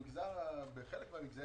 בחלק מהמגזרים,